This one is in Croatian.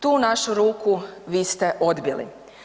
Tu našu ruku vi ste odbili.